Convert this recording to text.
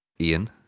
Ian